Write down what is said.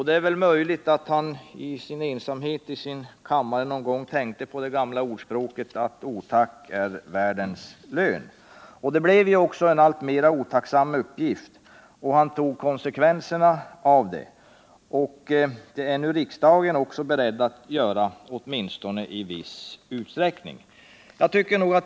Det är väl möjligt att han i sin ensamhet i sin kammare någon gång tänkte på det gamla ordspråket Otack är världens lön. Uppgiften blev också allt otacksammare, och han tog konsekvenserna av det. Det är även riksdagen nu beredd att göra, åtminstone i viss utsträckning.